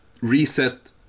reset